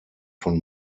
von